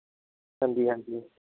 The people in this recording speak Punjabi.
ਹਾਂਜੀ ਹਾਂਜੀ